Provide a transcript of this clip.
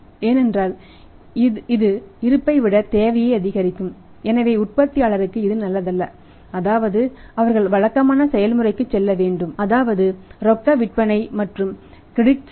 ஏனென்றால் இது இருப்பை விட தேவையை அதிகரிக்கும் எனவே உற்பத்தியாளருக்கு இது நல்லதல்ல அதாவது அவர்கள் வழக்கமான உற்பத்தி செயல்முறைக்கு செல்ல வேண்டும் அதாவது ரொக்க விற்பனை மற்றும் கிரெடிட் சேல்